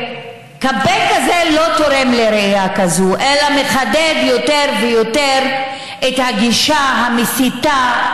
קמפיין כזה לא תורם לראייה כזאת אלא מחדד יותר ויותר את הגישה המסיתה,